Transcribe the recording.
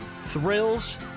thrills